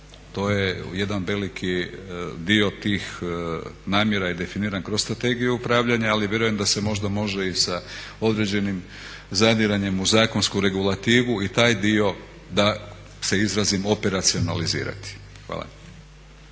to je jedan veliki dio tih namjera je definira kroz strategiju upravljanja ali vjerujem da se možda može i sa određenim zadiranjem u zakonsku regulativu i taj dio da se izrazim operacionalizirati. Hvala.